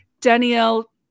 Danielle